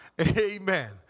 Amen